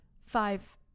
five